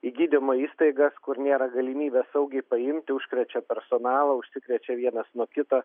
į gydymo įstaigas kur nėra galimybės saugiai paimti užkrečia personalą užsikrečia vienas nuo kito